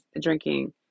drinking